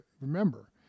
remember